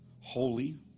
holy